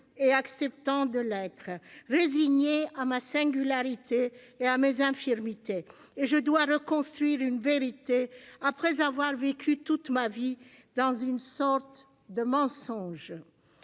et acceptant de l'être, résigné à ma singularité et à mes infirmités. Et je dois reconstruire une vérité, après avoir vécu toute ma vie dans une sorte de mensonge.